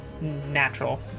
natural